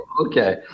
Okay